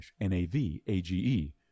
N-A-V-A-G-E